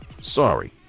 Sorry